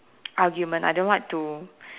argument I don't like to